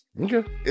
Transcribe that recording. Okay